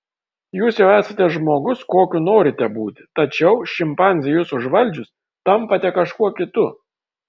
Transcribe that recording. jūs jau esate žmogus kokiu norite būti tačiau šimpanzei jus užvaldžius tampate kažkuo kitu